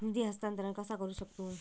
निधी हस्तांतर कसा करू शकतू?